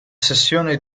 sessione